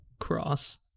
Cross